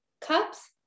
cups